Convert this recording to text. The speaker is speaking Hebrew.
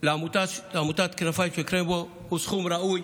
לעמותת כנפיים של קרמבו הוא סכום ראוי,